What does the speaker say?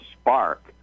spark